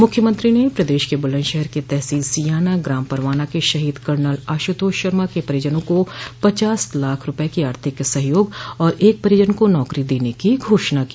मुख्यमंत्री ने प्रदेश के बुलन्दशहर के तहसील सीयाना ग्राम परवाना के शहीद कर्नल आश्रतोष शर्मा के परिजनों को पचास लाख रूपये की आर्थिक सहयोग और एक परिजन को नौकरी देने की घोषणा की